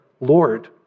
Lord